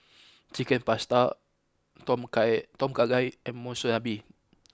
Chicken Pasta Tom Kha Tom Kha Gai and Monsunabe